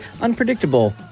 unpredictable